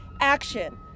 action